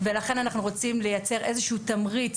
ולכן אנחנו רוצים לייצר איזשהו תמריץ